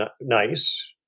nice